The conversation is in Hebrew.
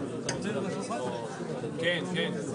אמנם זה חוזר על עצמו אבל אני כבר משפר את